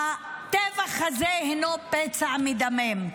הטבח הזה הינו פצע מדמם,